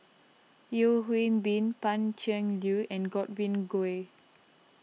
Yeo Hwee Bin Pan Cheng Lui and Godwin Koay